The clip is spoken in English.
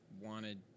wanted